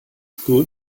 school